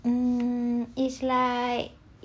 hmm it's like